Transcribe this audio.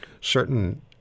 certain